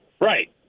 Right